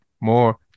more